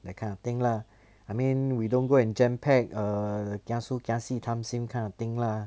that kind of thing lah I mean we don't go and jam-packed err kiasu kiasi tam sim kind of thing lah